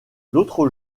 l’autre